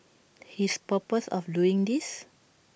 his purpose of doing this